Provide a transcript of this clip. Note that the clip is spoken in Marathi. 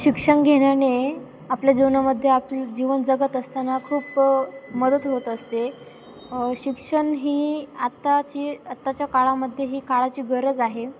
शिक्षण घेण्याने आपल्या जीवनामध्ये आपलं जीवन जगत असताना खूप मदत होत असते शिक्षण ही आत्ताची आत्ताच्या काळामध्ये ही काळाची गरज आहे